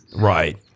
Right